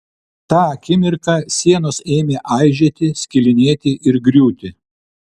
tą akimirką sienos ėmė aižėti skilinėti ir griūti